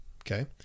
Okay